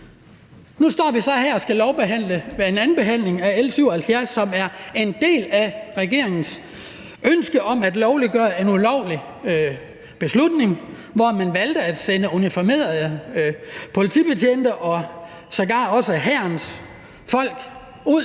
Nu står vi så her ved andenbehandlingen af L 77, som er en del af regeringens ønske om at lovliggøre en ulovlig beslutning, hvor man valgte at sende uniformerede politibetjente og sågar også hærens folk ud